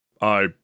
I-